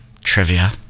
trivia